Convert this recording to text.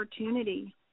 opportunity